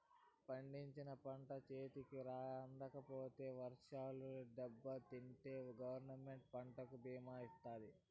పండించిన పంట చేతికి అందకపోతే వర్షాలకు దెబ్బతింటే గవర్నమెంట్ పంటకు భీమా ఇత్తాది